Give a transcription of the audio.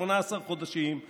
18 חודשים.